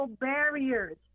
barriers